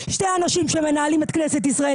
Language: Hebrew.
שני אנשים שמנהלים את כנסת ישראל,